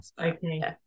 okay